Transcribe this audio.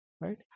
right